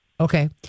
okay